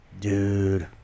Dude